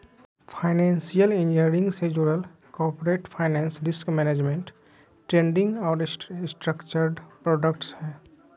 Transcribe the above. financial engineering से जुडल corporate finance, risk management, trading और स्ट्रक्चर्ड प्रॉडक्ट्स हय